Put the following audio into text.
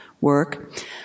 work